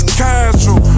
casual